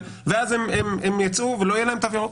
ואז הם ייצאו ולא יהיה להם תו ירוק?